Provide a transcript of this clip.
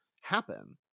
happen